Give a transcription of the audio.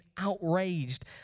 outraged